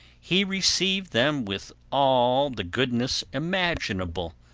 he received them with all the goodness imaginable,